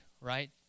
right